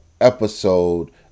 episode